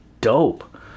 dope